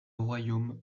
royaume